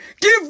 Give